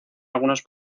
algunos